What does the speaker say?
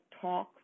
talk